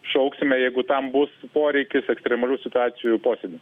šauksime jeigu tam bus poreikis ekstremalių situacijų posėdį